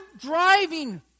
driving